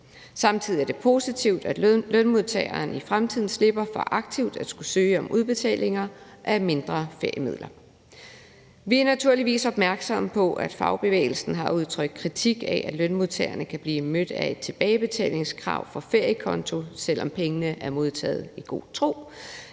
Samtidig er det positivt, at lønmodtageren i fremtiden slipper for aktivt at skulle søge om udbetalinger af mindre feriemiddelbeløb. Vi er naturligvis opmærksomme på, at fagbevægelsen har udtrykt kritik af, at lønmodtagerne kan blive mødt af et tilbagebetalingskrav fra FerieKonto, selv om pengene er modtaget i god tro,